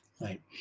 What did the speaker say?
Right